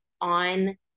on